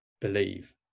believe